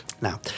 Now